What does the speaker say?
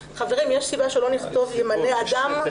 חברים, האם יש סיבה שלא נכתוב "ימנה אדם"?